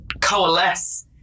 coalesce